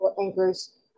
anchors